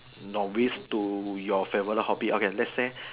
novice to your favourite hobby okay let's say